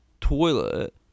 toilet